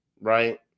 right